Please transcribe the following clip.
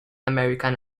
american